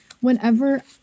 Whenever